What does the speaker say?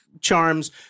Charms